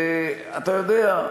אתה יודע,